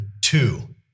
two